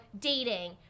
dating